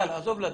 אילן, עזוב לדון.